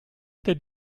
did